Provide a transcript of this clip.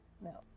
No